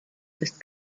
ist